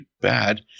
bad